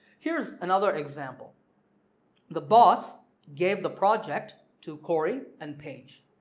here's another example the boss gave the project to cory and paige.